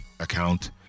account